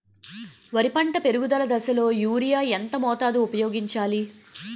వరి పంట పెరుగుదల దశలో యూరియా ఎంత మోతాదు ఊపయోగించాలి?